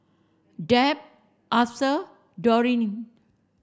Deb Arthur Dorine